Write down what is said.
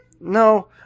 No